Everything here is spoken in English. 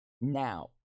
Now